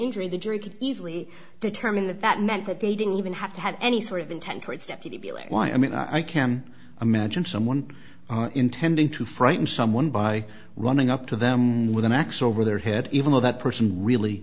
injury the jury could easily determine that that meant that they didn't even have to have any sort of intent towards deputy bill or why i mean i can imagine someone intending to frighten someone by running up to them with an axe over their head even though that person really